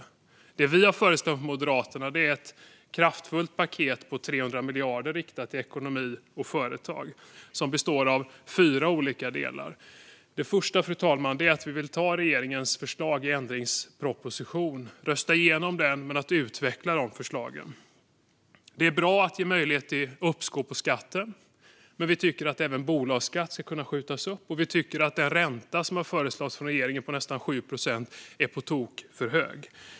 Moderaterna har föreslagit ett kraftfullt paket på 300 miljarder riktat till ekonomi och företag. Det består av fyra olika delar. Den första delen, fru talman, innebär att vi vill ta regeringens ändringsproposition och rösta igenom den men utveckla förslagen. Det är bra att ge möjlighet till uppskov med skatten. Vi tycker dock att även bolagsskatt ska skjutas upp och att den ränta på nästan 7 procent som regeringen har föreslagit är på tok för hög.